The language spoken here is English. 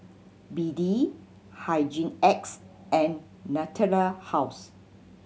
B D Hygin X and Natura House